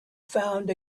found